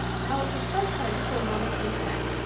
now it was some time before mamma came back,